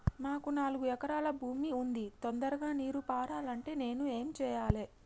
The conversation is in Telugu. మాకు నాలుగు ఎకరాల భూమి ఉంది, తొందరగా నీరు పారాలంటే నేను ఏం చెయ్యాలే?